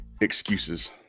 excuses